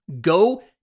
go